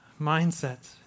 mindsets